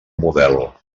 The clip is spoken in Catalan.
model